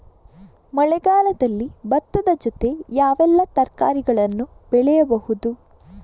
ಮಳೆಗಾಲದಲ್ಲಿ ಭತ್ತದ ಜೊತೆ ಯಾವೆಲ್ಲಾ ತರಕಾರಿಗಳನ್ನು ಬೆಳೆಯಬಹುದು?